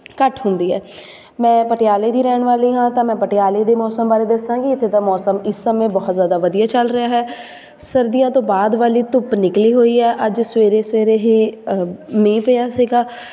ਘੱਟ ਹੁੰਦੀ ਹੈ ਮੈਂ ਪਟਿਆਲੇ ਦੀ ਰਹਿਣ ਵਾਲੀ ਹਾਂ ਤਾਂ ਮੈਂ ਪਟਿਆਲੇ ਦੇ ਮੌਸਮ ਬਾਰੇ ਦੱਸਾਂਗੀ ਇੱਥੇ ਦਾ ਮੌਸਮ ਇਸ ਸਮੇਂ ਬਹੁਤ ਜ਼ਿਆਦਾ ਵਧੀਆ ਚੱਲ ਰਿਹਾ ਹੈ ਸਰਦੀਆਂ ਤੋਂ ਬਾਅਦ ਵਾਲੀ ਧੁੱਪ ਨਿਕਲੀ ਹੋਈ ਹੈ ਅੱਜ ਸਵੇਰੇ ਸਵੇਰੇ ਹੀ ਮੀਂਹ ਪਿਆ ਸੀਗਾ